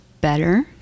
better